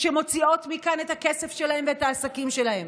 שמוציאות מכאן את הכסף שלהן והעסקים שלהן,